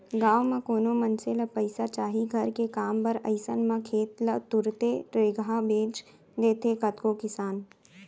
गाँव म कोनो मनसे ल पइसा चाही घर के काम बर अइसन म खेत ल तुरते रेगहा बेंच देथे कतको किसान